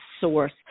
source